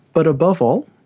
but above all,